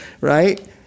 right